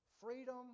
Freedom